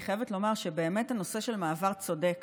אני חייבת לומר שבאמת הנושא של מעבר צודק